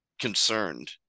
concerned